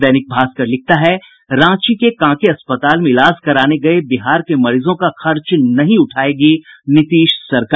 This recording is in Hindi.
दैनिक भास्कर लिखता है रांची के कांके अस्पताल में इलाज कराने गये बिहार के मरीजों का खर्च नहीं उठायेगी नीतीश सरकार